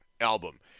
album